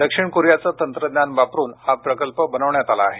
दक्षिण कोरियाचं तंत्रज्ञान वापरून हा प्रकल्प बनविण्यात आला आहे